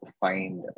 find